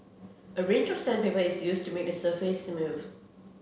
a range of sandpaper is used to make the surface smooth